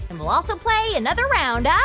and we'll also play another round ah